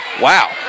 Wow